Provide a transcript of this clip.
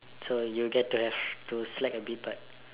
so you get to have to slack a bit but